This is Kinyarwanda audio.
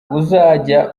uzajya